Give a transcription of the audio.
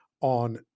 on